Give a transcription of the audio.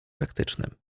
praktycznym